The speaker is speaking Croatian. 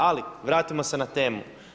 Ali, vratimo se na temu.